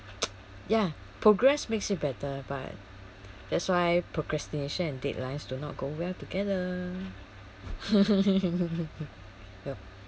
ya progress makes it better but that's why procrastination and deadlines do not go well together